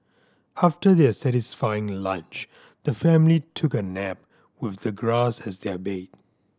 after their satisfying lunch the family took a nap with the grass as their bed